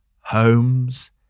homes